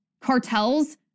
cartels